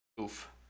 Oof